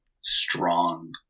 strong